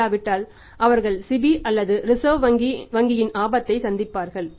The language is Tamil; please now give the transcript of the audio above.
இல்லாவிட்டால் அவர்கள் SEBI அல்லது ரிசர்வ் வங்கியின் ஆபத்தை சந்திப்பார்கள்